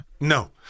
No